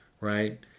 right